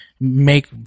make